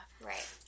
Right